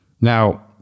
Now